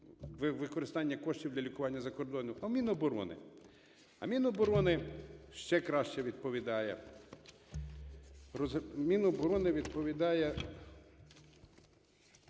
використання коштів для лікування за кордоном, а в Міноборони. А Міноборони ще краще відповідає. Міноборони відповідає.